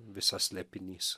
visas slėpinys